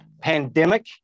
pandemic